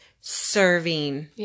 serving